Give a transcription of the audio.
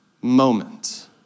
moment